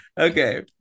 Okay